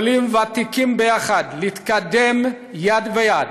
עולים וותיקים ביחד, להתקדם יד ביד